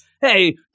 Hey